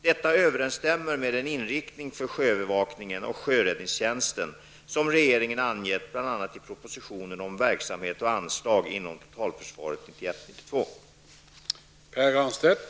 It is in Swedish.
Detta överensstämmer med den inriktning för sjöövervakningen och sjöräddningstjänsten som regeringen anget bl.a. i propositionen om verksamhet och anslag inom totalförsvaret 1991/92.